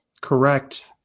Correct